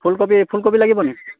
ফুলপবি ফুলকবি লাগিব নেকি